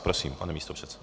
Prosím, pane místopředsedo.